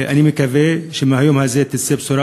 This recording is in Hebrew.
אני מקווה שמהיום הזה תצא בשורה,